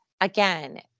again